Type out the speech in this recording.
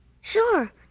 Sure